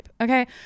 Okay